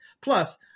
Plus